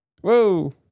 Whoa